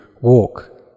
walk